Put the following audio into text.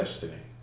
destiny